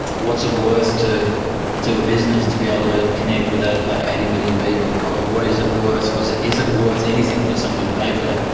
what's it worth to to a business to be able to connect with ah eighty million people, what is it worth, is it is it worth anything for somebody to pay for that?